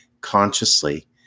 consciously